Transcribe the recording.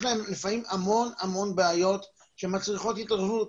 יש להם לפעמים המון המון בעיות שמצריכות התערבות,